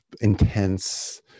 intense